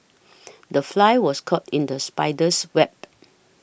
the fly was caught in the spider's web